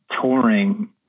touring